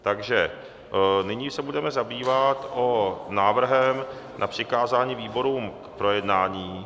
Takže nyní se budeme zabývat návrhem na přikázání výborům k projednání.